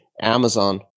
Amazon